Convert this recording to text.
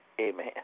Amen